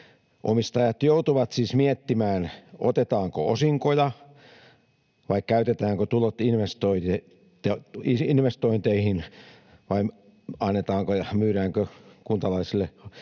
Omistajat joutuvat siis miettimään, otetaanko osinkoja vai käytetäänkö tulot investointeihin vai myydäänkö kuntalaisille halvempaa